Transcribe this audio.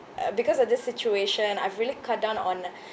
uh because of this situation I've really cut down on